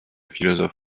philosophe